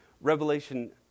Revelation